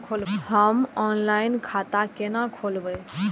हम ऑनलाइन खाता केना खोलैब?